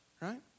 right